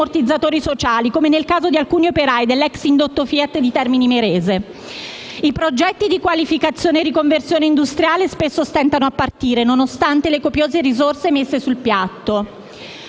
ammortizzatori sociali, come nel caso di alcuni operai della ex indotto FIAT di Termini Imerese. I progetti di riqualificazione e riconversione industriale spesso stentano a partire, nonostante le copiose risorse messe sul piatto.